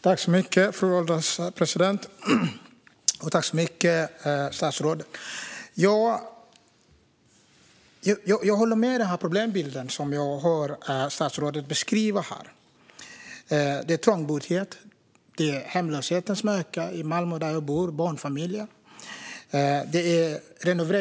Fru ålderspresident! Jag håller med om den problembild som statsrådet beskriver. Det handlar om trångboddhet och hemlöshet, som ökar. I Malmö, där jag bor, drabbar detta barnfamiljer.